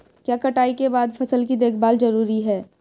क्या कटाई के बाद फसल की देखभाल जरूरी है?